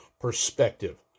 perspective